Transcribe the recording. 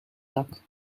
dak